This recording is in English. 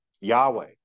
Yahweh